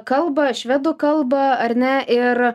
kalbą švedų kalbą ar ne ir